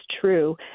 true